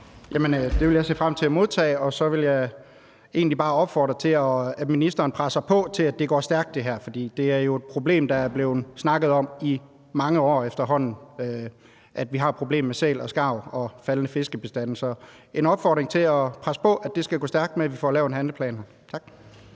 Det vil jeg se frem til at modtage, og så vil jeg egentlig bare opfordre til, at ministeren presser på, så det her går stærkt. For det er jo et problem, der er blevet snakket om i mange år efterhånden, altså at vi har et problem med sæler og skarver og faldende fiskebestande. Så det er en opfordring til at presse på, i forhold til at det skal gå stærkt med, at vi får lavet en handleplan. Tak.